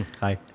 Hi